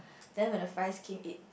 then when the fries came it